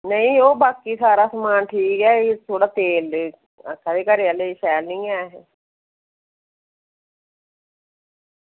नेईं ओह् बाकी सारा समान ठीक ऐ थोह्ड़ा तेल आक्खा दे घरै आह्ले की शैल निं ऐ